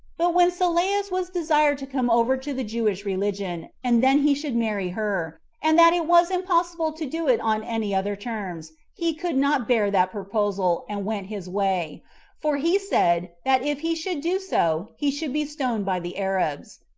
but when sylleus was desired to come over to the jewish religion, and then he should marry her, and that it was impossible to do it on any other terms, he could not bear that proposal, and went his way for he said, that if he should do so, he should be stoned by the arabs.